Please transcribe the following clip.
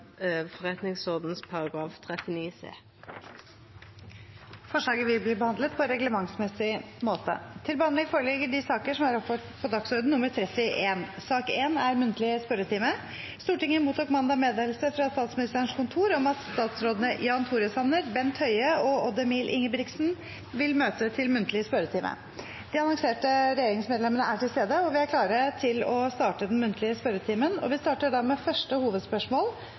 39 c. Forslaget vil bli behandlet på reglementsmessig måte. Stortinget mottok mandag meddelelse fra Statsministerens kontor om at statsrådene Jan Tore Sanner, Bent Høie og Odd Emil Ingebrigtsen vil møte til muntlig spørretime. De annonserte regjeringsmedlemmene er til stede, og vi er klare til å starte den muntlige spørretimen. Vi starter da med første hovedspørsmål,